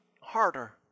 harder